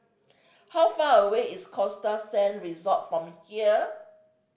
how far away is Costa Sands Resort from here